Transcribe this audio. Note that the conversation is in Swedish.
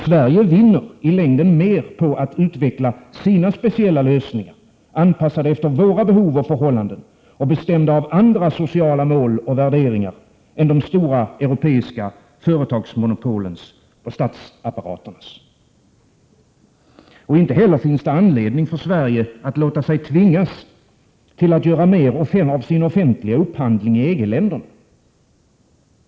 Sverige vinner i längden mer på att utveckla sina speciella lösningar, anpassade efter våra behov och förhållanden och bestämda av andra sociala mål och värderingar, än att rätta sig efter de stora europeiska företagsmonopolens och statsapparaternas mål och värderingar. Inte heller finns det anledning för Sverige att låta sig tvingas till mer Prot. 1987/88:114 offentlig upphandling i EG-länderna.